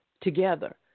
together